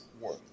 work